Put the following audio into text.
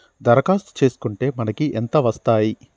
దరఖాస్తు చేస్కుంటే మనకి ఎంత వస్తాయి?